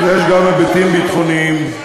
יש גם היבטים ביטחוניים,